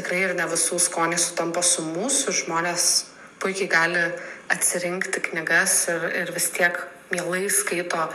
tikrai ne visų skoniai sutampa su mūsų žmonės puikiai gali atsirinkti knygas ir vis tiek mielai skaito